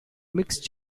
mixed